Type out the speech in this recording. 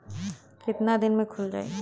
कितना दिन में खुल जाई?